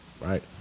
right